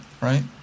right